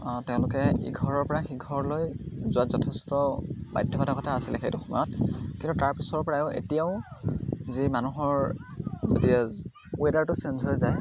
তেওঁলোকে ইঘৰৰ পৰা সিঘৰলৈ যোৱাত যথেষ্ট বাধ্যতা কথা আছিলে সেইটো সময়ত কিন্তু তাৰ পিছৰ পৰাই এতিয়াও যি মানুহৰ যেতিয়া ৱেডাৰটো চেইঞ্জ হৈ যায়